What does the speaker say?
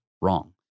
wrong